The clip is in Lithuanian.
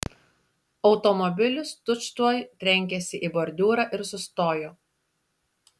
automobilis tučtuoj trenkėsi į bordiūrą ir sustojo